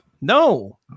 No